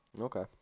okay